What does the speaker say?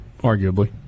arguably